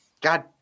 God